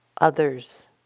others